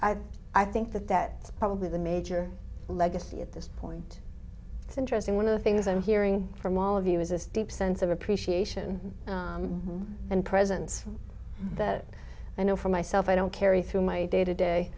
think i think that that probably the major legacy at this point it's interesting one of the things i'm hearing from all of you is this deep sense of appreciation and presence that i know for myself i don't carry through my day to day